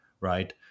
right